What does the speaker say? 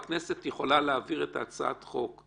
והכנסת יכולה להעביר את הצעת החוק.